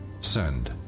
Send